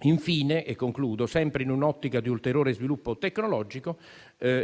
Infine, sempre in un'ottica di ulteriore sviluppo tecnologico,